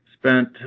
Spent